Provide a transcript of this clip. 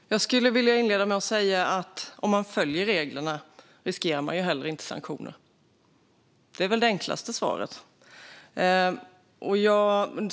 Fru talman! Jag skulle vilja inleda med att säga att den som följer reglerna inte riskerar sanktioner. Det är väl det enklaste svaret.